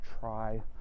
try